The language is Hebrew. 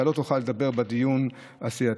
אתה לא תוכל לדבר בדיון הסיעתי.